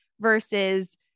versus